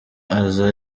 aza